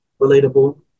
relatable